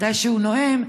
כשהוא נואם,